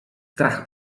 strach